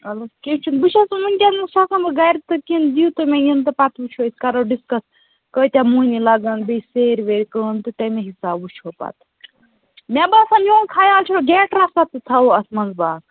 چلو کیٚنٛہہ چھُنہٕ بہٕ چھَس وُنکیٚنس چھَس آسان بہٕ گَرِ تہٕ کیٚنٛہہ دَیِو تُہۍ مےٚ یِنہٕ تہٕ پَتہٕ وُچھو أسۍ کَرو ڈِسکَس کٲتیٛاہ مۅہنیٖی لگن بیٚیہِ سیرِ ویرِ کٲم تہٕ تٔمے حِسابہٕ وُچھو پَتہٕ مےٚ باسان میٛون خیال چھُ گھیٹہٕ رَژھا تہِ تھاوَو اتھ منٛزباگ